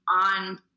on